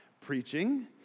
preaching